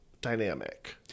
dynamic